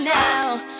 now